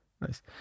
Nice